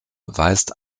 weist